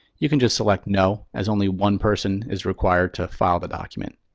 you can just select no, as only one person is required to file the documents.